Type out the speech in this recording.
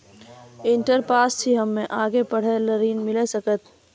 Inter pass छी हम्मे आगे पढ़े ला ऋण मिल सकत?